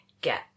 get